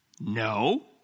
No